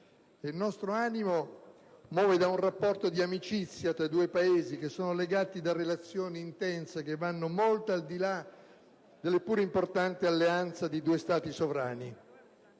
Il nostro animo muove da un rapporto di amicizia tra due Paesi che sono legati da relazioni intense che vanno molto al di là della pur importante alleanza di due Stati sovrani.